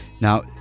Now